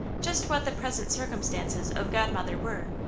just what the present circumstances of godmother were,